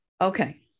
Okay